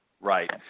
Right